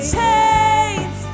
change